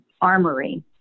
Armory